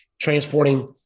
transporting